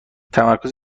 تمرکز